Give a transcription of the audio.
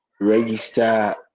register